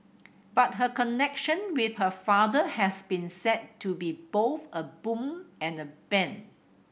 but her connection with her father has been said to be both a boon and a bane